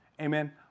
Amen